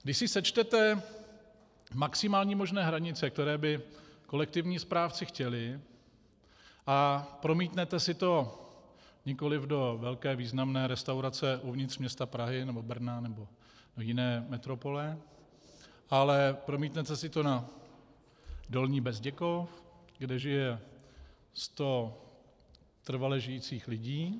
Když si sečtete maximální možné hranice, které by kolektivní správci chtěli, a promítnete si to nikoliv do velké významné restaurace uvnitř města Prahy nebo Brna nebo jiné metropole, ale promítnete si to na Dolní Bezděkov, kde žije sto trvale žijících lidí...